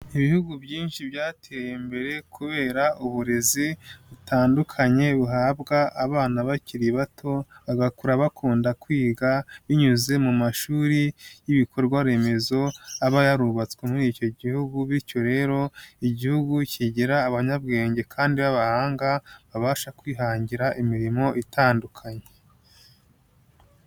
Ibihugu byinshi byateye imbere kubera uburezi butandukanye buhabwa abana bakiri bato, bagakura bakunda kwiga binyuze mu mashuri y'ibikorwa remezo aba yarubatswe muri icyo gihugu, bityo rero igihugu kigira abanyabwenge kandi b'abahanga, babasha kwihangira imirimo itandukanye.